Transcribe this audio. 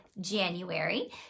January